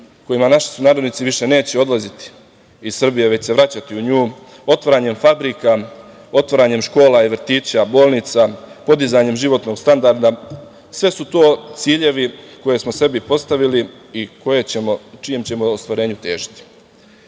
kojima naši sunarodnici više neće odlaziti iz Srbije, već se vraćati u nju, otvaranjem fabrika, otvaranjem škola i vrtića, bolnica, podizanjem životnog standarda. Sve su to ciljevi koje smo sebi postavili i čijem ćemo ostvarenju težiti. Takođe,